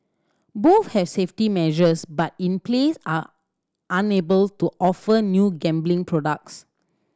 both have safety measures but in place are unable to offer new gambling products